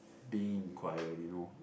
being in choir you know